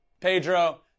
Pedro